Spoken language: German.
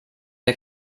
der